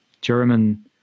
german